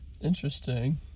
Interesting